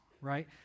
right